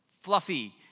fluffy